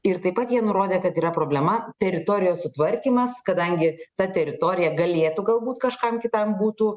ir taip pat jie nurodė kad yra problema teritorijos sutvarkymas kadangi ta teritorija galėtų galbūt kažkam kitam būtų